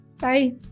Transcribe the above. Bye